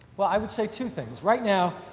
well, i would say two things right now,